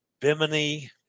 Bimini